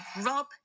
Rob